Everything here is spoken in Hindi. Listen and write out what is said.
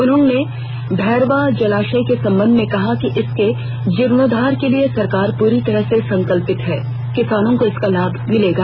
उन्होंने भैरवा जलाशय के संबंध में कहा कि इसके जीर्णोद्वार के लिए सरकार पूरी तरह से संकल्पित है किसानों को इसका लाभ मिलेगा